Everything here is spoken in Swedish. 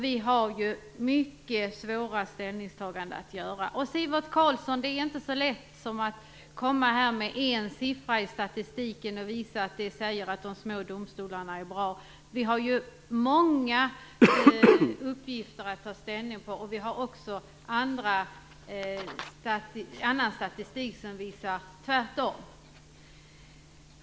Vi har mycket svåra ställningstaganden att göra. Det är inte så lätt, Sivert Carlsson, som att ta en siffra i statistiken och säga att det visar att de små domstolarna är bra. Vi har ju många uppgifter att ta ställning till och vi har också annan statistik som visar motsatsen.